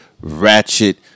ratchet